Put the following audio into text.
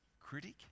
critic